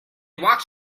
walked